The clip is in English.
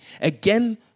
again